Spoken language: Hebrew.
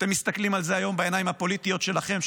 אתם מסתכלים על זה היום בעיניים הפוליטיות שלכם,